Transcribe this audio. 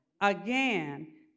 Again